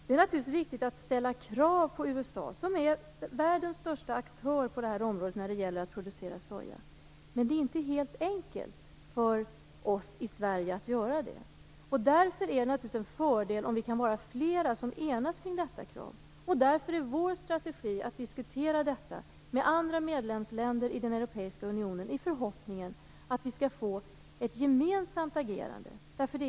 Det är naturligtvis viktigt att ställa krav på USA, som är världens största aktör på området när det gäller att producera soja. Men det är inte helt enkelt för oss i Sverige att göra det. Därför är det naturligtvis en fördel om vi kan vara fler som kan enas kring detta krav. Vår strategi är att diskutera detta med andra medlemsländer i den europeiska unionen i förhoppningen att vi skall få ett gemensamt agerande.